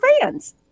fans